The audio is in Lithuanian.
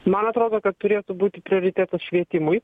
man atrodo kad turėtų būti prioritetas švietimui